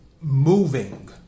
moving